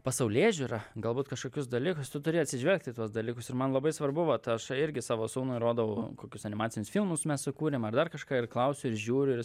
pasaulėžiūrą galbūt kažkokius dalykus tu turi atsižvelgt į tuos dalykus ir man labai svarbu vat aš irgi savo sūnui rodau kokius animacinius filmus mes sukūrėm ar dar kažką ir klausiu ir žiūriu ar jis